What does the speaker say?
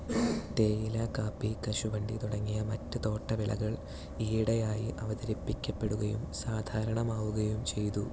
തേയില കാപ്പി കശുവണ്ടി തുടങ്ങിയ മറ്റ് തോട്ടവിളകൾ ഈയിടെയായി അവതരിപ്പിക്കപ്പെടുകയും സാധാരണമാവുകയും ചെയ്തു